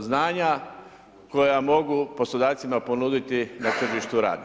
znanja koja mogu poslodavcima ponuditi na tržištu rada.